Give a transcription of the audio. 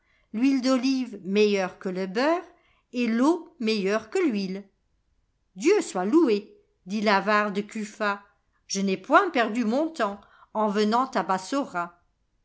l'huile d'olive meilleure que le beurre et l'eau meilleure que l'huile dieu soit loué dit l'avare de kufa je n'ai point perdu mon temps en venant à bassora